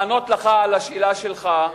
לענות לך על השאלה שלך,